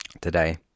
today